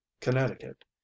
Connecticut